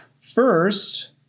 First